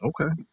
Okay